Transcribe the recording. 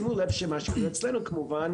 ושימו לב למה שקורה אצלנו כמובן,